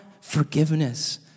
forgiveness